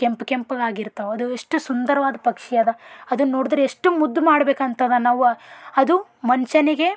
ಕೆಂಪು ಕೆಂಪಗಾಗಿ ಇರ್ತವೆ ಅದು ಎಷ್ಟು ಸುಂದರವಾದ ಪಕ್ಷಿ ಅದ ಅದನ್ನು ನೋಡಿದ್ರೆ ಎಷ್ಟು ಮುದ್ದು ಮಾಡಬೇಕಂತದ ನಾವು ಅದು ಮನ್ಷ್ಯನಿಗೆ